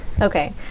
Okay